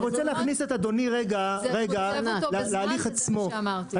אני רוצה להכניס את אדוני רגע --- זה קוצב אותו בזמן וזה מה שאמרתי.